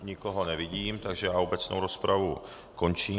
Nikoho nevidím, takže obecnou rozpravu končím.